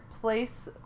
place